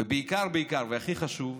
ובעיקר בעיקר, והכי חשוב,